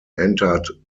entered